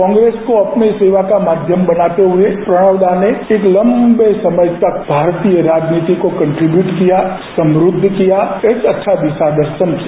कांग्रेस को अपनी सेवा का माध्यम बनाते हुए प्रणव दा ने एक लंबे समय तक भारतीय राजनीति को कंट्रिब्यूट किया समृद्ध किया एक अच्छा दिशादर्शन किया